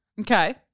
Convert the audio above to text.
Okay